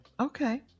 Okay